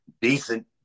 decent